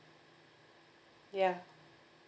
ya